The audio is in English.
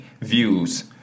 views